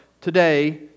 today